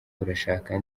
urashaka